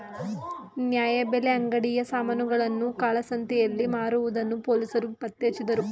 ನ್ಯಾಯಬೆಲೆ ಅಂಗಡಿಯ ಸಾಮಾನುಗಳನ್ನು ಕಾಳಸಂತೆಯಲ್ಲಿ ಮಾರುವುದನ್ನು ಪೊಲೀಸರು ಪತ್ತೆಹಚ್ಚಿದರು